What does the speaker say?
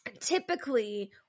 Typically